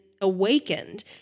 awakened